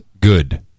good